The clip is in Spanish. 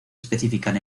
especifican